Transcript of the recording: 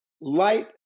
light